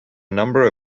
number